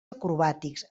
acrobàtics